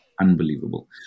unbelievable